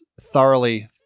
thoroughly